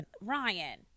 Ryan